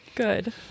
good